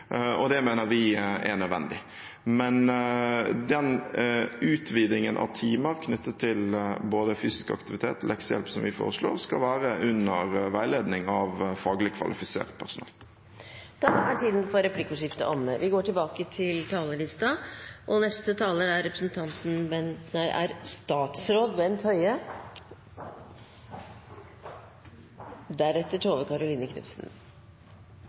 og det mener vi er nødvendig. Men utvidingen av timer knyttet til både fysisk aktivitet og leksehjelp, som vi foreslår, skal være under veiledning av faglig kvalifisert personell. Replikkordskiftet er omme. Regjeringens visjon er å skape pasientens helsetjeneste. Vi vil flytte makt – fra systemet til pasientene. Vi vil spre makt – og